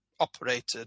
operated